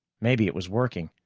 maybe it was working.